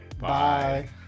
Bye